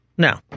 No